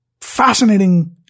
fascinating